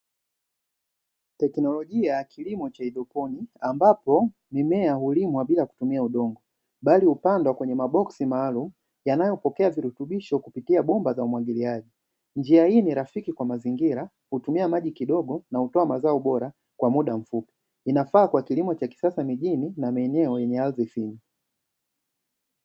Teknolojia ya kilimo cha haidroponi, ambapo mimea hulimwa bila kutumia udongo bali hupandwa kwenye maboxsi maalumu yanayopokea virutubishi kupitia bomba za umwagiliaji, njia hii ni rafiki kwa mazingira hutumia maji kidogo na hutoa mazao bora kwa muda mfupi, inafaa kwa kilimo cha kisasa mijini na maeneo yenye ardhi finyu.